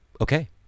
okay